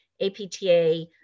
APTA